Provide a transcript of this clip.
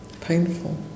painful